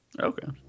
okay